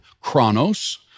chronos